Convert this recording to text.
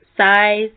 size